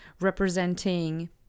representing